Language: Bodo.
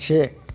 से